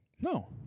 No